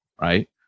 right